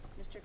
Mr